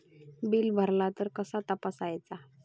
Bill भरला तर कसा तपसायचा?